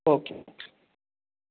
okay